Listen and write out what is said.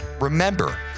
remember